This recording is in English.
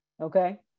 okay